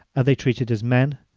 are they treated as men?